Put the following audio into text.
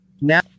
Now